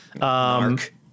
Mark